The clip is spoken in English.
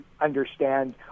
understand